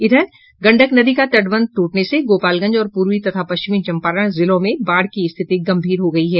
इधर गंडक नदी का तटबंध ट्रटने से गोपालगंज और पूर्वी तथा पश्चिमी चम्पारण जिलों में बाढ़ की स्थिति गम्भीर हो गयी है